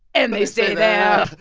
and they stay yeah